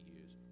use